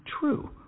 true